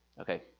okay